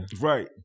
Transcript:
Right